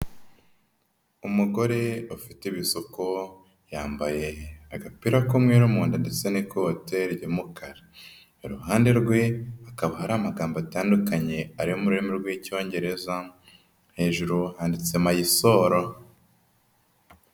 Umugore ufite ibisuko, yambaye agapira k'ura mudo ndetse n'ikote ry'umukara. Iruhande rwe hakaba hari amagambo atandukanye ari mu rurimi rw'Icyongereza, hejuru handitse "Mysol".